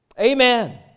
Amen